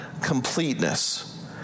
completeness